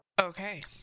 okay